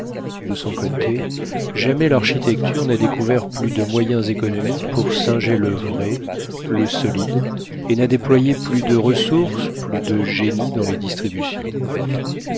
de son côté jamais l'architecture n'a découvert plus de moyens économiques pour singer le vrai le solide et n'a déployé plus de ressources plus de génie dans les distributions